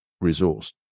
resource